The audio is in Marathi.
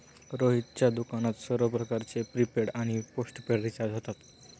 रोहितच्या दुकानात सर्व प्रकारचे प्रीपेड आणि पोस्टपेड रिचार्ज होतात